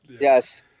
Yes